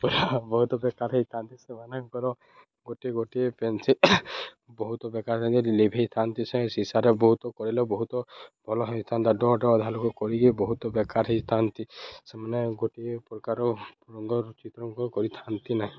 ବହୁତ ବେକାର ହେଇଥାନ୍ତି ସେମାନଙ୍କର ଗୋଟିଏ ଗୋଟିଏ ପେନ୍ସିଲ୍ ବହୁତ ବେକାର ଥାନ୍ତି ଲିଭେଇଥାନ୍ତି ସେ ଶିସାରେ ବହୁତ କରିଲେ ବହୁତ ଭଲ ହେଇଥାନ୍ତା ଡଟ୍ ଅଧା ଲୋକ କରିକି ବହୁତ ବେକାର ହେଇଥାନ୍ତି ସେମାନେ ଗୋଟିଏ ପ୍ରକାର ରଙ୍ଗ ଚିତ୍ରଙ୍କନ କରିଥାନ୍ତି ନାହିଁ